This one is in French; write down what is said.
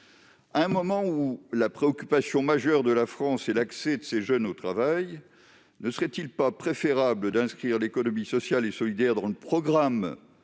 À un moment où la préoccupation majeure de la France est l'accès de ces jeunes au travail, ne serait-il pas préférable d'inscrire l'économie sociale et solidaire dans le programme